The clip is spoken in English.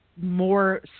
more